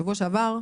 בשבוע שעבר?